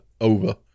over